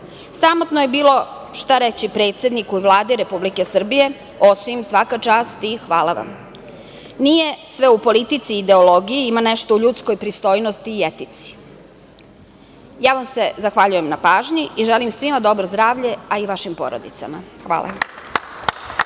Sramotno je bilo šta reći predsedniku Vlade Republike Srbije, osim svaka čast i hvala vam. Nije sve u politici i ideologiji, ima nešto u ljudskoj pristojnosti i etici. Ja vam se zavaljujem na pažnji i želim svima dobro zdravlje, a i vašim porodicama. Hvala.